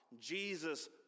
Jesus